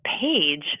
page